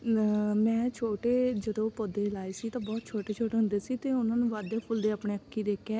ਮੈਂ ਛੋਟੇ ਜਦੋਂ ਪੌਦੇ ਲਾਏ ਸੀ ਤਾਂ ਬਹੁਤ ਛੋਟੇ ਛੋਟੇ ਹੁੰਦੇ ਸੀ ਅਤੇ ਉਹਨਾਂ ਨੂੰ ਵੱਧਦੇ ਫੁੱਲਦੇ ਆਪਣੇ ਅੱਖੀਂ ਦੇਖਿਆ